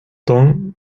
tongue